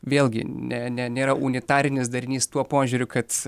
vėlgi ne ne nėra unitarinis darinys tuo požiūriu kad